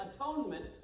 atonement